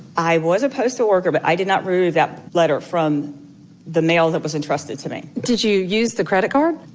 i was a postal worker. but i did not remove that letter from the mail that was entrusted to me did you use the credit card?